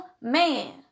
man